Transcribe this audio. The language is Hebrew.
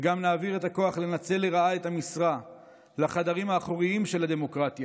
וגם אם נעביר את הכוח לנצל לרעה את המשרה לחדרים האחוריים של הדמוקרטיה,